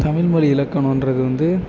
தமிழ்மொழி இலக்கணன்றது வந்து